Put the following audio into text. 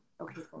Okay